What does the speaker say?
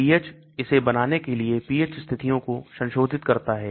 pH इसे बनाने के लिए pH स्थितियों को संशोधित करता है